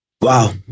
Wow